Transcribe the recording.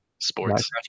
Sports